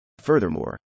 Furthermore